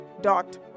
dot